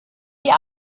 dir